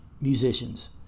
musicians